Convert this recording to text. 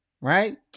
right